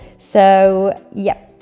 so, yep.